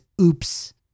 Oops